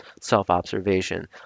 self-observation